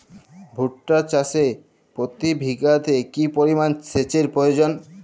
ভুট্টা চাষে প্রতি বিঘাতে কি পরিমান সেচের প্রয়োজন?